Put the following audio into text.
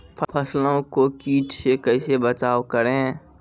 फसलों को कीट से कैसे बचाव करें?